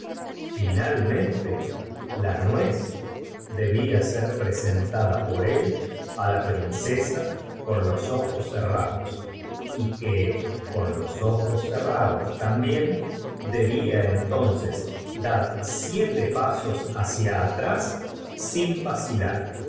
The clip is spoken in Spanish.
finalmente la nuez debía se presentada cuando llegó á casa del astrólogo mae por él á la princesa con los ojos cerados t se drosselmayer se echó en sus brazos y y que con los ojos cerrados también debía entonces dar siete pasos hacia atrás sin vacilar